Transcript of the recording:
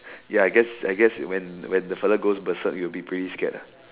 ya I guess I guess when the when the fella goes berserk it'll be pretty scared ah